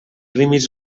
límits